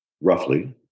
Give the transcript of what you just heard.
roughly